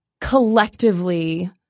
collectively